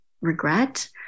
regret